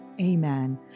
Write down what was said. Amen